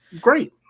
great